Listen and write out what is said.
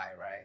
right